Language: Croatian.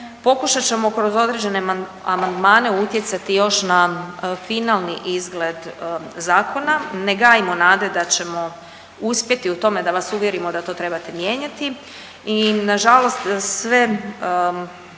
Pokušat ćemo kroz određene amandmane utjecati još na finalni izgled zakona. Ne gajimo nade da ćemo uspjeti u tome da vas uvjerimo da to trebate mijenjati i nažalost sve,